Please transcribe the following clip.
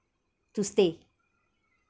to stay